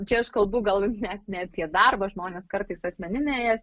čia aš kalbu gal net ne apie darbą žmonės kartais asmeninėje